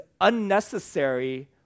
unnecessary